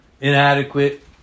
inadequate